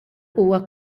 huwa